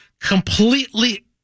completely